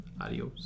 adios